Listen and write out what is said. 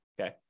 Okay